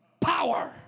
power